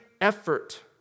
effort